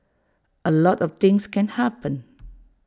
A lot of things can happen